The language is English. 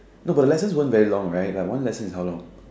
no but the lessons weren't very long right like one lesson is how long